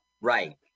Right